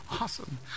awesome